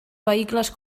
vehicles